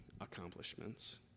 accomplishments